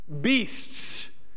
Beasts